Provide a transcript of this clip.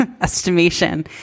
estimation